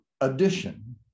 addition